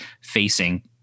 facing